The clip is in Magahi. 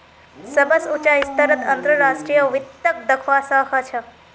सबस उचा स्तरत अंतर्राष्ट्रीय वित्तक दखवा स ख छ